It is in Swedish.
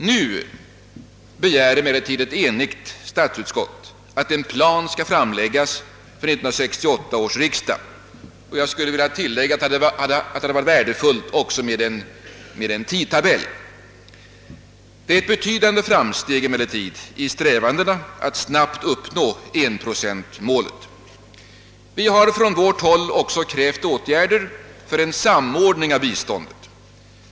Nu begär emellertid ett enigt statsutskott att en plan skall framläggas för 1968 års riksdag, och jag skulle vilja tillägga att det hade varit värdefullt också med en tidtabell. Förslaget innebär emellertid ett betydande framsteg i strävandena att snabbt uppnå enprocentmålet. Vi har från vårt håll också krävt åtgärder för en samordning av biståndet.